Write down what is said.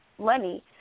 money